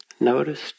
Notice